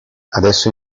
adesso